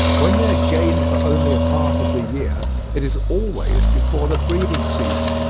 when they are gained for only a part of the year it is always before the breeding-season.